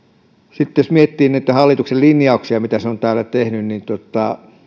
sitten jos miettii näitä hallituksen linjauksia mitä se on täällä tehnyt